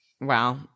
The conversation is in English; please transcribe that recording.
Wow